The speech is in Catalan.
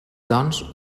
doncs